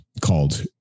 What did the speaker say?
called